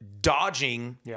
dodging